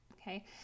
okay